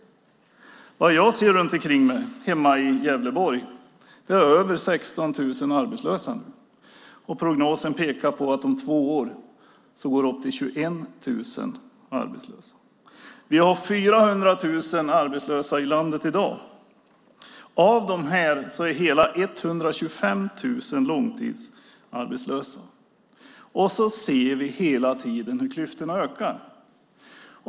Vad jag ser runt ikring mig hemma i Gävleborg är över 16 000 arbetslösa. Prognosen pekar på att det om två år går upp till 21 000 arbetslösa. Vi har 400 000 arbetslösa i landet i dag. Av dem är hela 125 000 långtidsarbetslösa. Och så ser vi hela tiden hur klyftorna ökar.